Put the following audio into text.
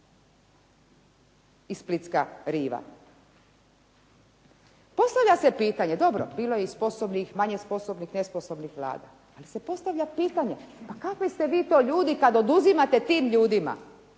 i splitska riva. Postavlja se pitanje, dobro bilo je i sposobnih, manje sposobnih, nesposobnih Vlada, ali se postavlja pitanje pa kakvi ste vi to ljudi kad oduzimate tim ljudima,